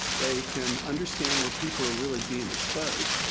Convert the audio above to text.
they can understand where people are really being exposed.